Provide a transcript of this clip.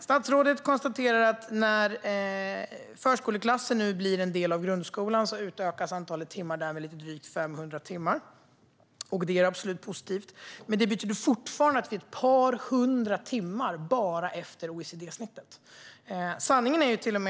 Statsrådet konstaterar att när förskoleklassen nu blir en del av grundskolan utökas antalet timmar där med lite drygt 500. Detta är absolut positivt, men det betyder att vi fortfarande ligger ett par hundra timmar under OECD-genomsnittet.